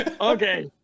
okay